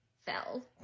fell